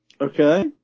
Okay